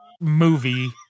movie